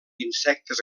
insectes